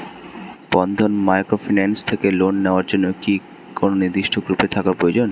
বন্ধন microfinance থেকে loan নেওয়ার জন্য কি কোন নির্দিষ্ট গ্রুপে থাকা প্রয়োজন?